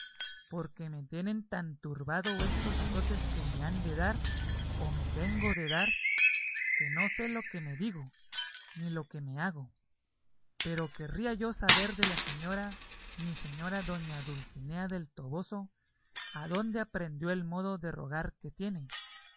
porque me tienen tan turbado estos azotes que me han de dar o me tengo de dar que no sé lo que me digo ni lo que me hago pero querría yo saber de la señora mi señora doña dulcina del toboso adónde aprendió el modo de rogar que tiene